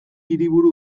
hiriburu